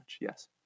Yes